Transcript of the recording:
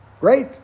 Great